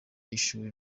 y’ishuri